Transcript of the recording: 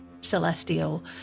celestial